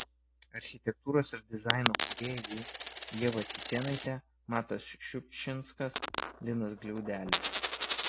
architektūros ir dizaino kūrėjai ieva cicėnaitė matas šiupšinskas linas gliaudelis